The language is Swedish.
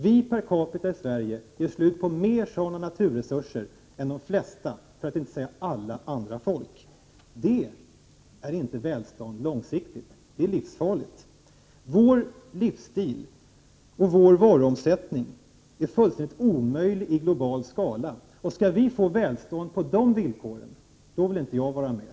Vi i Sverige gör slut på sådana naturresurser i större omfattning än de flesta andra, för att inte säga alla andra, folk. Det är inte välstånd långsiktigt, utan det är livsfarligt. Vår livsstil och vår varuomsättning är fullständigt omöjliga i global skala. Skall vi få välstånd på sådana villkor, då vill inte jag vara med.